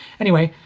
anyway,